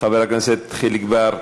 חבר הכנסת חיליק בר,